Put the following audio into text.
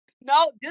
No